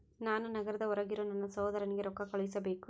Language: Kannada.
ನಾನು ನಗರದ ಹೊರಗಿರೋ ನನ್ನ ಸಹೋದರನಿಗೆ ರೊಕ್ಕ ಕಳುಹಿಸಬೇಕು